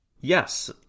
Yes